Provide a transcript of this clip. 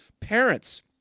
parents